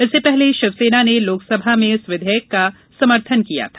इससे पहले शिवसेना ने लोकसभा में इस विधेयक का समर्थन किया था